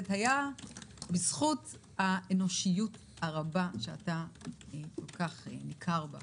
הייתה בזכות האנושיות הרבה שאתה כל כך ניכר בה.